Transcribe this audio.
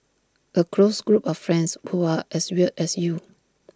A close group of friends who are as weird as you